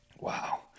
Wow